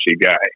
guy